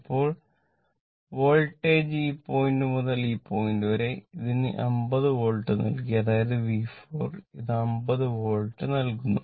ഇപ്പോൾ വോൾട്ടേജ് ഈ പോയിന്റ് മുതൽ ഈ പോയിന്റ് വരെ ഇതിന് 50 വോൾട്ട് നൽകി അതായത് V4 ഇത് 50 വോൾട്ട് നൽകുന്നു